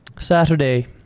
Saturday